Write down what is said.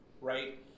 right